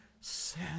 sin